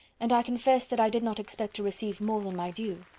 and i confess that i did not expect to receive more than my due.